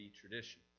tradition